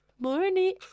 morning